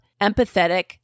empathetic